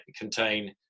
contain